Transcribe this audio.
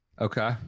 Okay